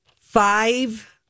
five